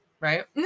Right